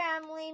family